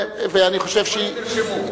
אני חושב שהיא, הדברים נרשמו.